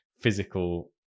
physical